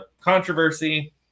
controversy